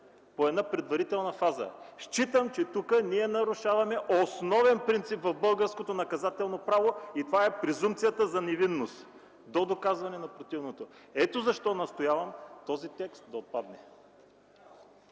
по една предварителна фаза. Считам, че тук ние нарушаваме основния принцип в българското наказателно право и това е презумпцията за невинност до доказване на противното. Ето защо настоявам този текст да отпадне!